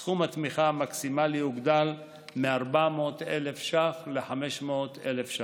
סכום התמיכה המקסימלי הוגדל מ-400,000 שקלים ל-500,000 שקלים.